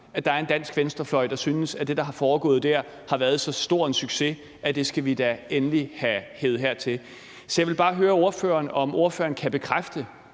at der en dansk venstrefløj, der synes, at det, der er foregået dér, har været så stor en succes, at det skal vi da endelig have hevet hertil. Så jeg vil bare høre ordføreren, om ordføreren kan bekræfte,